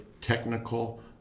technical